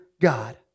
God